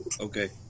Okay